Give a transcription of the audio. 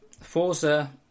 Forza